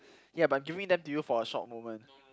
ya but I'm giving them to you for a short moment